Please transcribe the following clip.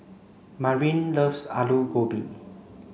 Marin loves Alu Gobi